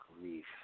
grief